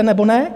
Nebo ne?